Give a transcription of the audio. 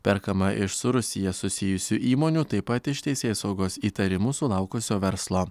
perkama iš su rusija susijusių įmonių taip pat iš teisėsaugos įtarimų sulaukusio verslo